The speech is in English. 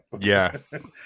Yes